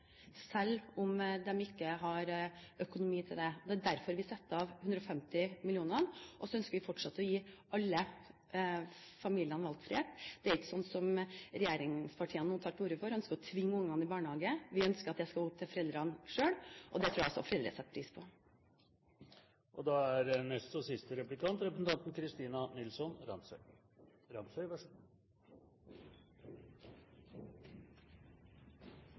selv om de ikke har økonomi til det. Det er derfor vi har satt av 150 mill. kr. Vi ønsker fortsatt å gi alle familiene valgfrihet – ikke slik som regjeringspartiene tar til orde for, som ønsker å tvinge barna i barnehage. Vi ønsker at det skal være opp til foreldrene selv. Det tror jeg også foreldre setter pris på. Representanten